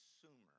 consumer